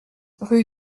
rue